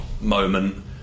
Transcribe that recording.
moment